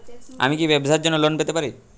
আমি কি ব্যবসার জন্য লোন পেতে পারি?